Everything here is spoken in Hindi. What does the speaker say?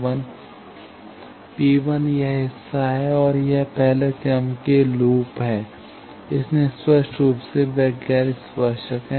P1 यह हिस्सा है और यह पहला क्रम के लूप है संदर्भ समय 1637 इसलिए स्पष्ट रूप से वे गैर स्पर्शक हैं